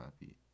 happy